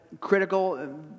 critical